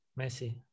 messi